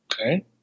Okay